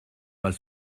pas